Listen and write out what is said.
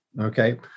okay